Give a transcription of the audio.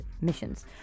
missions